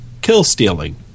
kill-stealing